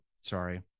sorry